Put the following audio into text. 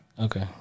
Okay